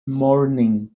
mourning